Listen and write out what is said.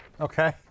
Okay